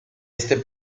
este